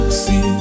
see